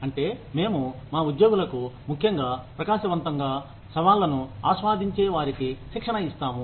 అంటే మేము మా ఉద్యోగులకు ముఖ్యంగా ప్రకాశవంతంగా సవాళ్లను ఆస్వాదించే వారికి శిక్షణ ఇస్తాము